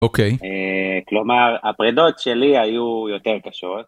אוקיי. כלומר, הפרידות שלי היו יותר קשות.